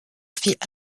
fit